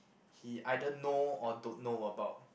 he either know or don't know about